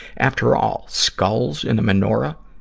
after all, skulls in the menorah?